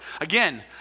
Again